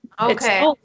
Okay